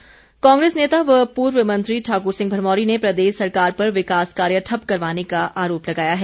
भरमौरी कांग्रेस नेता व पूर्व मंत्री ठाकुर सिंह भरमौरी ने प्रदेश सरकार पर विकास कार्य ठप्प करवाने का आरोप लगाया है